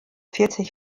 vierzig